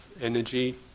energy